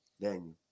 Daniel